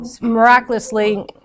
miraculously